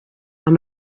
amb